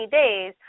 days